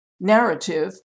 narrative